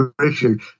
Richard